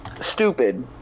stupid